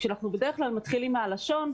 כאשר אנחנו בדרך כלל מתחילים מהלשון,